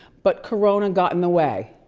but corona got in the way?